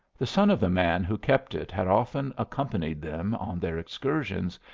the son of the man who kept it had often accompanied them on their excursions,